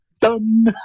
Done